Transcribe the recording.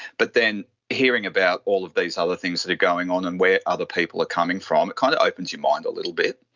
but then hearing about all of these other things that are going on and where other people are coming from, it kind of opens your mind a little bit.